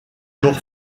corps